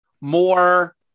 more